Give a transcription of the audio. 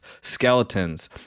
skeletons